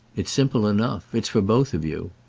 it's simple enough. it's for both of you.